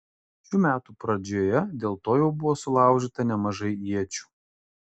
šių metų pradžioje dėl to jau buvo sulaužyta nemažai iečių